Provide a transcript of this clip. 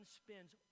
spends